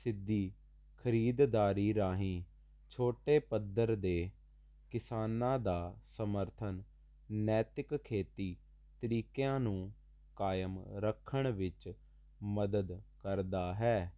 ਸਿੱਧੀ ਖਰੀਦਦਾਰੀ ਰਾਹੀਂ ਛੋਟੇ ਪੱਧਰ ਦੇ ਕਿਸਾਨਾਂ ਦਾ ਸਮਰਥਨ ਨੈਤਿਕ ਖੇਤੀ ਤਰੀਕਿਆਂ ਨੂੰ ਕਾਇਮ ਰੱਖਣ ਵਿੱਚ ਮਦਦ ਕਰਦਾ ਹੈ